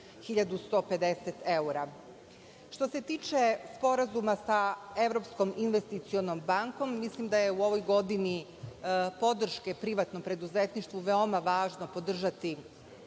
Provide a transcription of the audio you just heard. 1150 evra. Što se tiče Sporazuma sa Evropskom investicionom bankom, mislim da je u ovoj godini podrške privatnom preduzetništvu veoma važno podržati